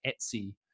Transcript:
Etsy